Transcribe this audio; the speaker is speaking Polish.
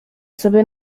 sobie